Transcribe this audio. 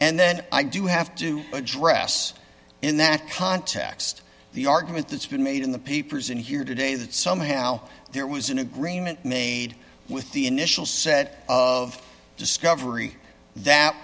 and then i do have to address in that context the argument that's been made in the papers in here today that somehow there was an agreement made with the initial set of discovery that